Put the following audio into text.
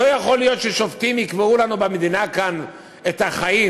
לא יכול להיות ששופטים יקבעו לנו במדינה כאן את החיים